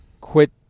quit